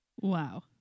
Wow